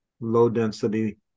low-density